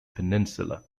peninsula